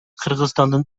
кыргызстандын